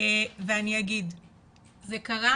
זה קרה